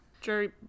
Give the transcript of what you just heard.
Jerry